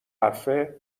حرفه